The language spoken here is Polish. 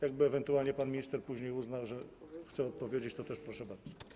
Jakby ewentualnie pan minister później uznał, że chce odpowiedzieć, to też proszę bardzo.